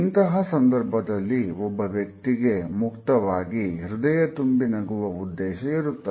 ಇಂತಹ ಸಂದರ್ಭದಲ್ಲಿ ಒಬ್ಬ ವ್ಯಕ್ತಿಗೆ ಮುಕ್ತವಾಗಿ ಹೃದಯ ತುಂಬಿ ನಗುವ ಉದ್ದೇಶ ಇರುತ್ತದೆ